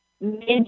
mid